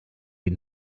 die